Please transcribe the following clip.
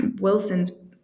Wilson's